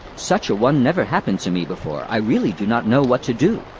such a one never happened to me before i really do not know what to do!